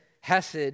Hesed